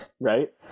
Right